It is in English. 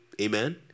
amen